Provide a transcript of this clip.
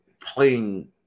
playing